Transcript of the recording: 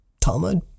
Talmud